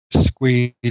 squeeze